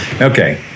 Okay